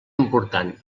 important